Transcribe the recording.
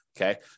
okay